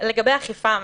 לגבי אכיפה,